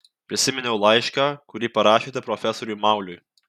prisiminiau laišką kurį parašėte profesoriui mauliui